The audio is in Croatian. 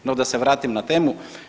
No, da se vratim na temu.